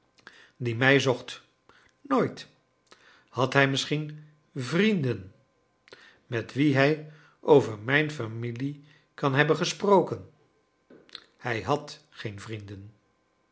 die mij zocht nooit had hij misschien vrienden met wie hij over mijn familie kan hebben gesproken hij had geen vrienden